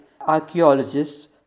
archaeologists